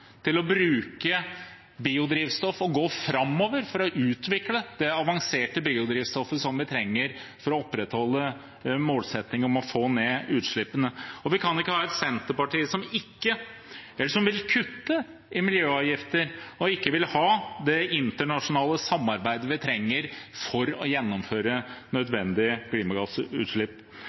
til å bruke biodrivstoff og gå framover for å utvikle det avanserte biodrivstoffet som vi trenger for å opprettholde målsettingen om å få ned utslippene. Og vi kan ikke ha Senterpartiet som vil kutte i miljøavgifter, og ikke vil ha det internasjonale samarbeidet vi trenger for å gjennomføre nødvendige klimagassutslipp.